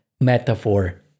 metaphor